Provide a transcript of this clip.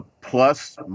plus